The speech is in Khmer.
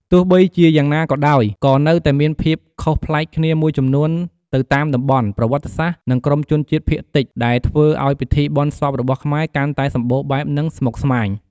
ទោះបីជាយ៉ាងណាក៏ដោយ ក៏នៅតែមានភាពខុសប្លែកគ្នាមួយចំនួនទៅតាមតំបន់ ប្រវត្តិសាស្ត្រ និងក្រុមជនជាតិភាគតិច ដែលធ្វើឱ្យពិធីបុណ្យសពរបស់ខ្មែរកាន់តែសម្បូរបែប និងស្មុគស្មាញ។